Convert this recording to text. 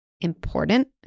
important